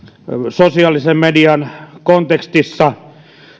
sosiaalisen median kontekstissa